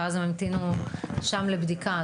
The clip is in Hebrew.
ואז הם ימתינו שם לבדיקה.